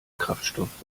kraftstoff